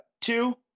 Two